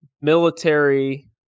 military